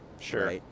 Sure